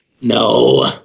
No